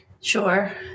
Sure